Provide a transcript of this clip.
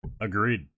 Agreed